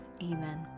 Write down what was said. amen